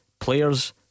players